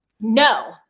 No